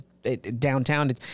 Downtown